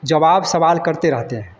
जवाब सवाल करते रहते हैं